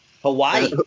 Hawaii